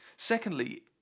Secondly